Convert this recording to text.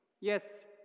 Yes